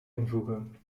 invoegen